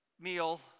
meal